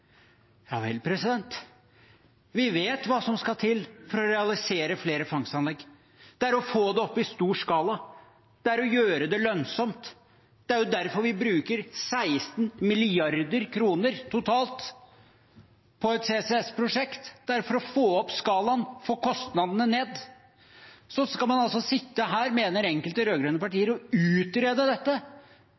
Ja vel. Vi vet hva som skal til for å realisere flere fangstanlegg. Det er å få det opp i stor skala. Det er å gjøre det lønnsomt. Det er derfor vi bruker 16 mrd. kr totalt på et CCS-prosjekt. Det er for å få opp skalaen, få kostnadene ned. Så skal man altså sitte her, mener enkelte rød-grønne partier, og utrede dette.